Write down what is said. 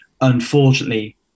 unfortunately